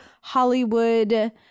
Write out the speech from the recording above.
Hollywood